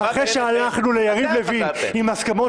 --- אחרי שהלכנו ליריב לוין עם הסכמות